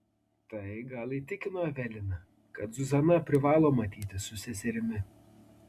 tai gal įtikino eveliną kad zuzana privalo matytis su seserimi